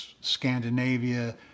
Scandinavia